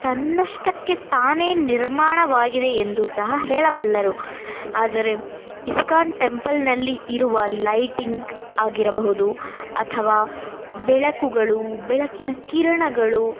ತನ್ನಷ್ಟಕ್ಕೆ ತಾನೇ ನಿರ್ಮಾಣವಾಗಿದೆ ಎಂದು ಸಹ ಹೇಳಬಲ್ಲರು ಆದರೆ ಇಸ್ಕಾನ್ ಟೆಂಪಲ್ನಲ್ಲಿ ಇರುವ ಲೈಟಿಂಗ್ ಆಗಿರಬಹುದು ಅಥವಾ ಬೆಳಕುಗಳು ಬೆಳಕಿನ ಕಿರಣಗಳು